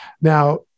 Now